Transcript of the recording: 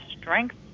strength